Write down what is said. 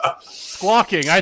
Squawking